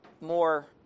more